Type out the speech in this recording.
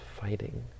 fighting